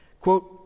quote